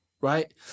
right